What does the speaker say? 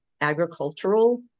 agricultural